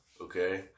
okay